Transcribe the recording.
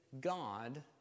God